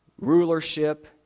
rulership